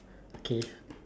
okay